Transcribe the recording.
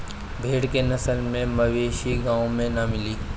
भेड़ के नस्ल के मवेशी गाँव में ना मिली